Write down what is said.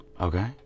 okay